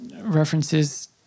references